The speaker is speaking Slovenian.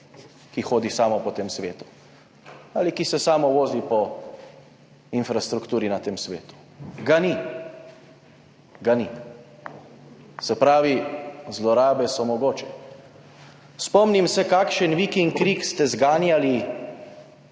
ki hodi samo po tem svetu ali ki se samo vozi po infrastrukturi na tem svetu. Ga ni, ga ni. Se pravi, zlorabe so mogoče. Spomnim se, kakšen vik in krik ste zganjali,